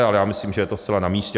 Ale myslím, že je to zcela namístě.